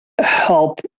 help